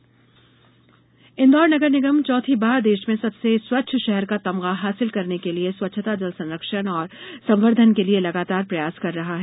स्वच्छता सर्वेक्षण इंदौर नगर निगम चौथी बार देष में सबसे स्वच्छ षहर का तमगा हासिल करने के लिए स्वच्छता जल संरक्षण और संवर्धन के लिए लगातार प्रयास कर रहा है